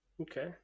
Okay